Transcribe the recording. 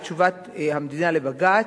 את תשובת המדינה לבג"ץ,